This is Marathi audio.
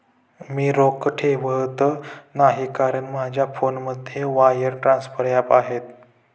मी रोख ठेवत नाही कारण माझ्या फोनमध्ये वायर ट्रान्सफर ॲप आहे